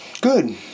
Good